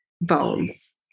bones